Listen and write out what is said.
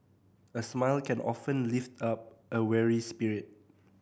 the smile can often lift up a weary spirit